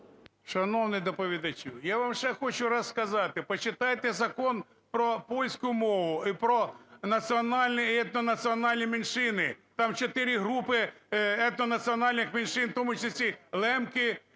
Шановний доповідачу, я вам ще хочу раз сказати: почитайте Закон по польську мову і про національні і етнонаціональні меншини. Там чотири групи етнонаціональних меншин, в тому числі, лемки